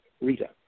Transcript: Rita